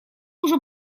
уже